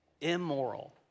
immoral